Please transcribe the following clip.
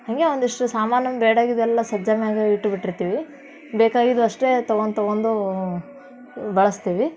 ಹಾಗೇ ಒಂದಿಷ್ಟು ಸಾಮಾನು ಬೇಡಾಗಿದ್ದೆಲ್ಲ ಸಜ್ಜೆ ಮ್ಯಾಲ ಇಟ್ಟುಬಿಟಿರ್ತೀವಿ ಬೇಕಾಗಿದ್ದವಷ್ಟೇ ತೊಗೊಂಡ್ ತೊಗೊಂಡು ಬಳಸ್ತೀವಿ